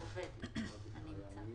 תודה רבה.